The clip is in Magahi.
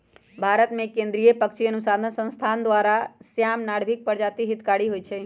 भारतमें केंद्रीय पक्षी अनुसंसधान संस्थान द्वारा, श्याम, नर्भिक प्रजाति हितकारी होइ छइ